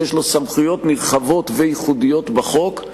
שיש לו סמכויות נרחבות וייחודיות בחוק,